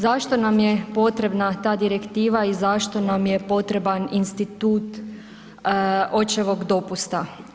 Zašto nam je potrebna ta direktiva i zašto nam je potreban institut očevog dopusta?